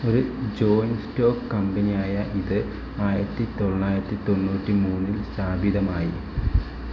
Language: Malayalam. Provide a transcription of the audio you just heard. ഒരു ജോയിന്റ് സ്റ്റോക്ക് കമ്പനിയായ ഇത് ആയിരത്തി തൊള്ളായിരത്തി തൊണ്ണൂറ്റി മൂന്നിൽ സ്ഥാപിതമായി